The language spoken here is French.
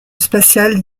spatial